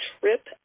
trip